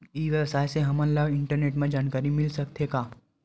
ई व्यवसाय से हमन ला इंटरनेट मा जानकारी मिल सकथे का?